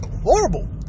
Horrible